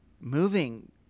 moving